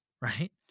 Right